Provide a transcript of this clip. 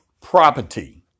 property